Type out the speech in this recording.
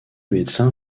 médecin